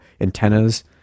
antennas